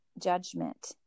judgment